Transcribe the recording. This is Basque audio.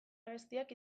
abestiak